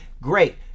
great